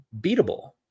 beatable